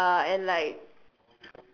ya and like